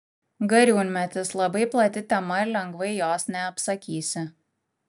gariūnmetis labai plati tema ir lengvai jos neapsakysi